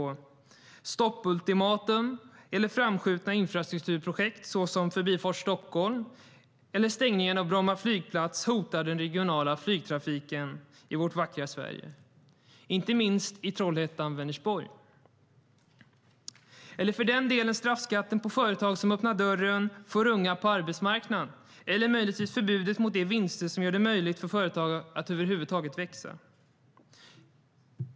Det handlar om stoppultimatum och framskjutna infrastrukturprojekt såsom Förbifart Stockholm. Stängningen av Bromma flygplats hotar den regionala flygtrafiken i vårt vackra Sverige, inte minst i Trollhättan och Vänersborg. Jag kan också nämna straffskatten på företag som öppnar dörren för unga på arbetsmarknaden och förbudet mot de vinster som gör det möjligt för företag att över huvud taget växa.